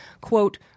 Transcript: quote